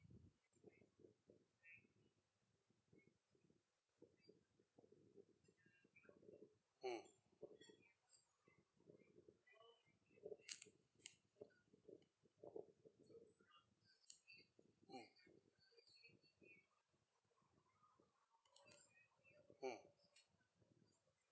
mm mm mm